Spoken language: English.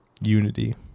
unity